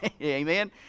Amen